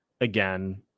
again